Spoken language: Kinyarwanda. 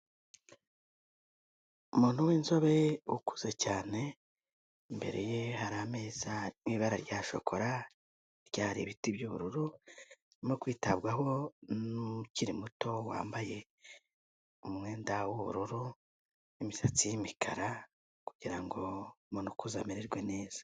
Umuntu w'inzobe ukuze cyane mbere ye hari ameza ibara rya shokora ryari ibiti by'ubururu no kwitabwaho nukiri muto wambaye umwenda w'ubururu imisatsi y'imikara kugira ngo umuntu ukuze amererwe neza.